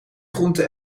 groenten